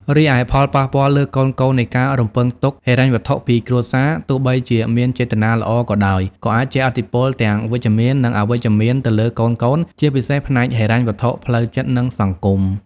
រីឯ ផលប៉ះពាល់លើកូនៗនៃការរំពឹងទុកហិរញ្ញវត្ថុពីគ្រួសារ ទោះបីជាមានចេតនាល្អក៏ដោយ ក៏អាចជះឥទ្ធិពលទាំងវិជ្ជមាន និងអវិជ្ជមានទៅលើកូនៗ ជាពិសេសផ្នែកហិរញ្ញវត្ថុ ផ្លូវចិត្ត និងសង្គម។